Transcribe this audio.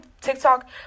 TikTok